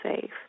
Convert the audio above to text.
safe